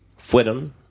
fueron